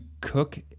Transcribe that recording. cook